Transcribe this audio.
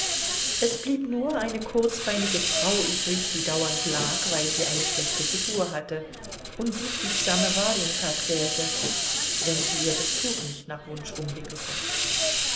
es blieb nur eine kurzbeinige frau übrig die dauernd lag weil sie eine schlechte figur hatte und die fügsame warjenka quälte wenn sie ihr das tuch nicht nach wunsch umwickelte